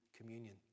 communion